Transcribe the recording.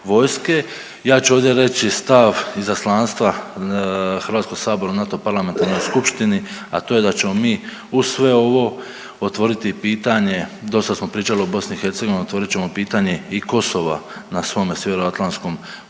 Ja ću ovdje reći stav izaslanstva HS u NATO parlamentarnoj skupštini, a to je da ćemo mi uz sve ovo otvoriti i pitanje, dosta smo pričali o BiH, otvorit ćemo pitanje i Kosova na svome Sjeveroatlantskom putu jer